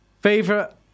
Favorite